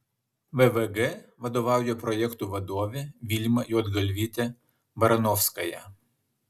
vvg vadovauja projektų vadovė vilma juodgalvytė baranovskaja